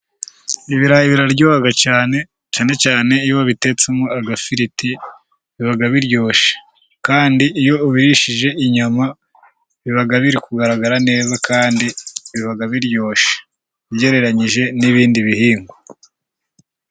Ibirayi biraryoha cyane, cyane cyane iyo babitetsemo agafiriti biba biryoshye kandi iyo ubirishije inyama, biba biri kugaragara neza kandi biba biryoshye, ugereranyije n'ibindi bihingwa.